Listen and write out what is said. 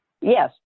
yes